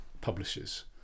publishers